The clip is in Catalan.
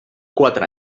quatre